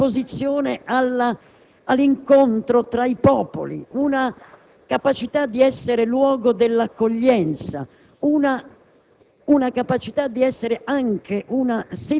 un insieme di culture, una disposizione all'incontro tra i popoli, una capacità di essere luogo dell'accoglienza, di